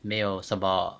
没有什么